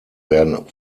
werden